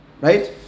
Right